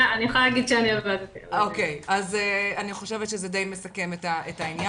אני יכולה להגיד שאני --- אני חושבת שזה די מסכם את העניין.